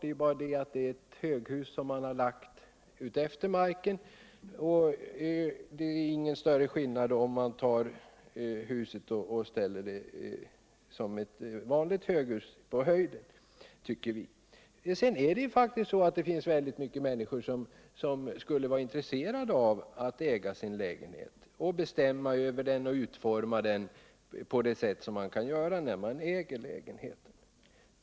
Det är ett höghus som man lagt utefter marken och det blir då ingen större skillnad om man ställer huset på höjden som om det gällde eu vanligt höghus. Sedan finns det faktiskt många människor som skulle vara intresserade uv att äga sin lägenhet, så att de kan bestämma över den och utforma den på det sätt man kan göra när man äger lägenheten.